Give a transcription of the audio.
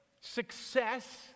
success